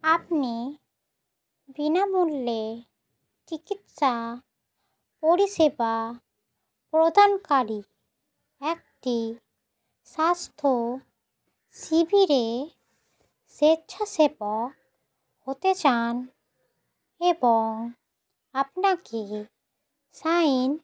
আপনি বিনামূল্যে চিকিৎসা পরিষেবা প্রদানকারী একটি স্বাস্থ্য শিবিরে স্বেচ্ছাসেবক হতে চান এবং আপনাকে সাইন